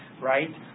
right